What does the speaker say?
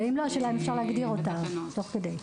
ואם לא, השאלה אם אפשר להגדיר אותן תוך כדי.